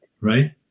Right